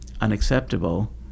unacceptable